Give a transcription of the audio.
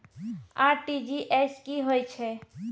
RTGS की होय छै?